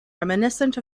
reminiscent